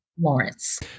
Lawrence